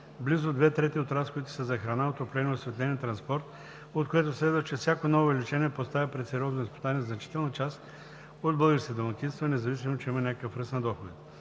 Близо 2/3 от разходите са за храна, отопление, осветление, транспорт, от което следва, че всяко ново увеличение поставя пред сериозно изпитание значителна част от българските домакинства, независимо че има някакъв ръст на доходите.